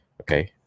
Okay